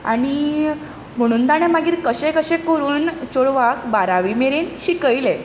आनी म्हणून ताणें मागीर कशे कशे करून चेडवाक बारावी मेरेन शिकयलें